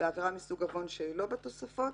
(ב)בעבירה מסוג עוון שאינה מנויה בתוספת